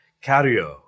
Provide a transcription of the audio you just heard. carrier